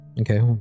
Okay